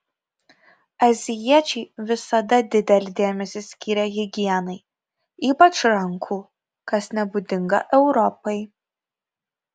azijiečiai visada didelį dėmesį skyrė higienai ypač rankų kas nebūdinga europai